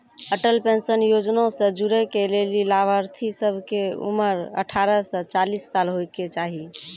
Atal pension Yojana से जुड़ै के लेली लाभार्थी सभ के उमर अठारह से चालीस साल होय के चाहि